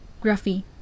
Gruffy